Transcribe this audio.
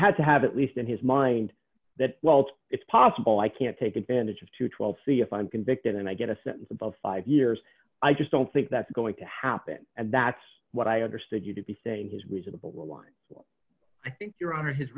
had to have at least in his mind that whilst it's possible i can't take advantage of two hundred and twelve c if i'm convicted and i get a sentence above five years i just don't think that's going to happen and that's what i understood you to be saying his reasonable wants one i think your honor his